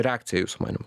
reakcija jūsų manymu